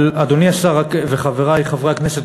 אדוני השר וחברי חברי הכנסת,